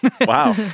wow